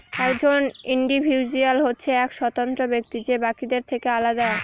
একজন ইন্ডিভিজুয়াল হচ্ছে এক স্বতন্ত্র ব্যক্তি যে বাকিদের থেকে আলাদা